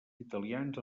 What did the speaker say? italians